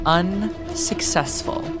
unsuccessful